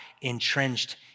entrenched